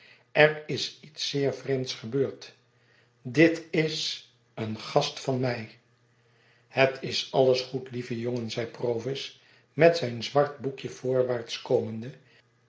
er is iets zeer vreemds gebeurd dit is een gast van mij het is alles goed lieve jongen zeide provis met zijn zwart boekje voorwaarts komende